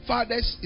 fathers